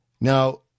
Now